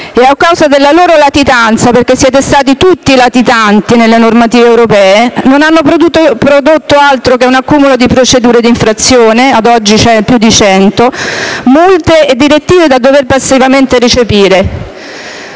e a causa della loro latitanza (perché siete stati tutti latitanti nelle normative europee) non hanno prodotto altro che un accumulo di procedure di infrazione (ad oggi più di cento), multe e direttive da dover passivamente recepire.